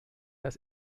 das